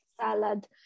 salad